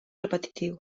repetitiu